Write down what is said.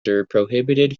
prohibited